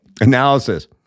analysis